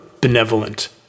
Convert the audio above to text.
benevolent